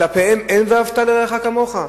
כלפיהם אין "ואהבת לרעך כמוך"?